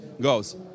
goes